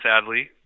sadly